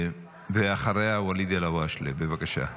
אחריה, ואליד אלהואשלה, בבקשה.